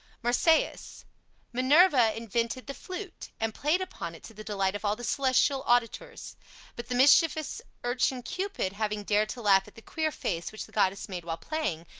marsyas minerva invented the flute, and played upon it to the delight of all the celestial auditors but the mischievous urchin cupid having dared to laugh at the queer face which the goddess made while playing,